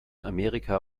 amerika